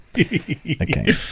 Okay